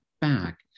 back